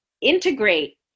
integrate